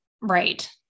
right